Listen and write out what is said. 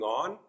on